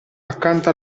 accanto